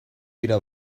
dira